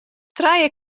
trije